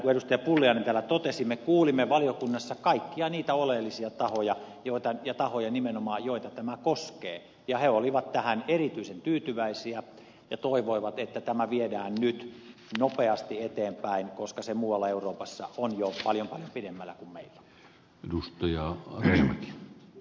pulliainen täällä totesi me kuulimme valiokunnassa kaikkia niitä oleellisia tahoja ja niitä tahoja nimenomaan joita tämä koskee ja he olivat tähän erityisen tyytyväisiä ja toivoivat että tämä viedään nyt nopeasti eteenpäin koska se muualla euroopassa on jo paljon paljon pidemmällä kuin meillä